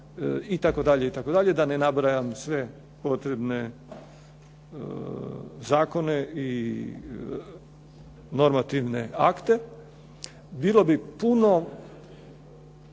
itd., da ne nabrajam sve potrebne zakone i normativne akte. Bilo bi puno